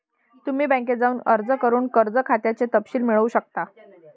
तुम्ही बँकेत जाऊन अर्ज करून कर्ज खात्याचे तपशील मिळवू शकता